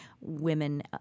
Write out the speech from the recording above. women